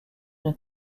une